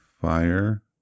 fire